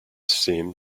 seemed